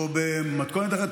או במתכונת אחרת,